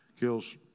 kills